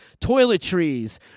toiletries